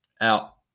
Out